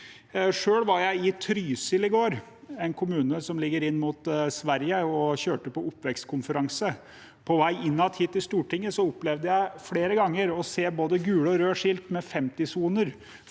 Selv var jeg i Trysil i går, en kommune som ligger inn mot Sverige. Jeg kjørte til en oppvekstkonferanse. På vei inn igjen til Stortinget opplevde jeg flere ganger å se gule og røde skilt med 50-sone,